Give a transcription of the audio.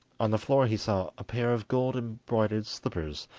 on the floor he saw a pair of gold-embroidered slippers,